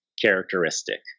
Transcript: characteristic